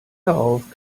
darauf